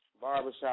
Barbershop